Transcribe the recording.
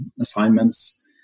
assignments